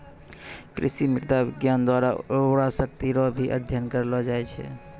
कृषि मृदा विज्ञान द्वारा उर्वरा शक्ति रो भी अध्ययन करलो जाय छै